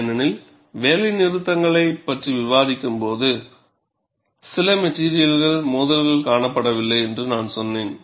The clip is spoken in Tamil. ஏனெனில் வேலைநிறுத்தங்களைப் பற்றி விவாதிக்கும்போது சில மெட்டிரியல்களில் மோதல்கள் காணப்படவில்லை என்று நான் சொன்னேன்